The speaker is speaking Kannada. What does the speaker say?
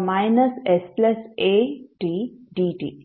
ಆಗಿರುತ್ತದೆ